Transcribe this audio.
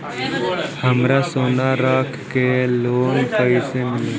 हमरा सोना रख के लोन कईसे मिली?